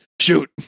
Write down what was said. shoot